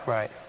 Right